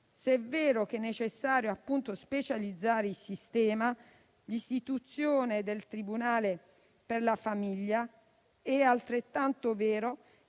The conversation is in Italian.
Se è vero che è necessario specializzare il sistema con l'istituzione del tribunale per la famiglia, è altrettanto vero